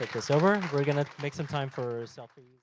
this over. we're going to make some time for selfies.